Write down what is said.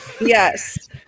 Yes